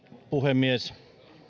puhemies